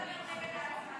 יש לי טענה על ההצמדה.